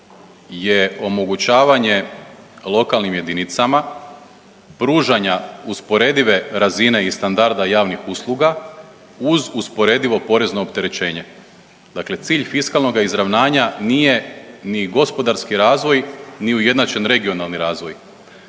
je omogućavanje lokalnim jedinicama pružanja usporedive razine i standarda javnih usluga uz usporedivo porezno opterećenje. Dakle, cilj fiskalnoga izravnanja nije ni gospodarski razvoj, ni ujednačen regionalni razvoj.